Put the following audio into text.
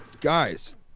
guys